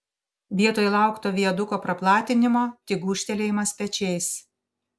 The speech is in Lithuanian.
vietoj laukto viaduko praplatinimo tik gūžtelėjimas pečiais